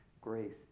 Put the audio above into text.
Grace